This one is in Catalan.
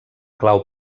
clau